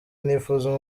nifuza